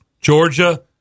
Georgia